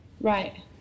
Right